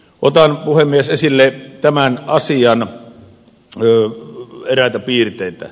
otan puhemies esille tämän asian eräitä piirteitä